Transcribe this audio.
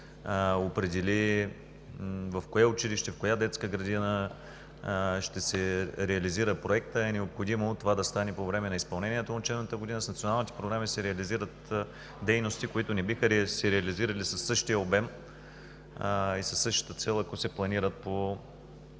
в коя детска градина ще се реализира проектът, а е необходимо това да стане по време на изпълнението на учебната година. С националните програми се реализират дейности, които не биха се реализирали със същия обем и със същата цел, ако се планират по